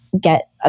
get